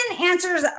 answers